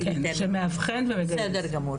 בסדר גמור.